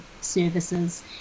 services